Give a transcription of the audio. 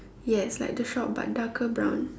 yes like the shop but darker brown